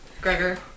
Gregor